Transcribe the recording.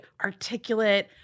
articulate